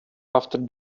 after